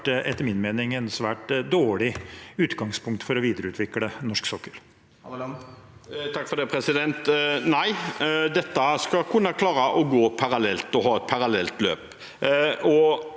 etter min mening ville ha vært et svært dårlig utgangspunkt for å videreutvikle norsk sokkel.